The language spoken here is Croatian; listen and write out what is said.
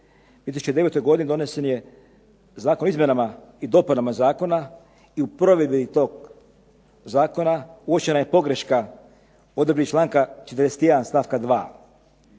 2009. godine donesen je zakon o izmjenama i dopunama zakona i u provedbi toga zakona uočena je pogreška u odredbi članka 41. stavka 2.